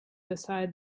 beside